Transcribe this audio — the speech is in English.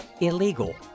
illegal